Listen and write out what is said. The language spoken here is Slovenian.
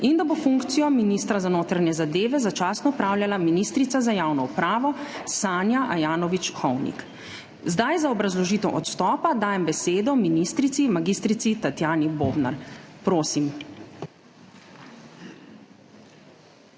in da bo funkcijo ministra za notranje zadeve začasno opravljala ministrica za javno upravo Sanja Ajanović Hovnik. Zdaj za obrazložitev odstopa dajem besedo ministrici mag. Tatjani Bobnar. Prosim.